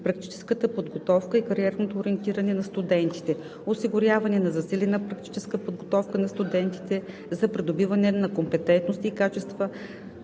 практическата подготовка и кариерното ориентиране на студентите. - Осигуряване на засилена практическа подготовка на студентите за придобиване на компетентности и качества,